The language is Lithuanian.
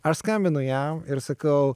aš skambinu jam ir sakau